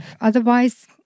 otherwise